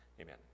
Amen